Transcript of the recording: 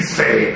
say